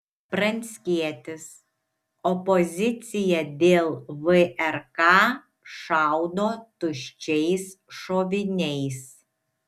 pranckietis opozicija dėl vrk šaudo tuščiais šoviniais